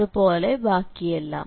അതുപോലെ ബാക്കിയെല്ലാം